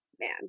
man